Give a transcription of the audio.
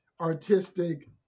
artistic